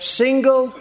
single